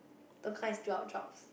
don't come and steal our jobs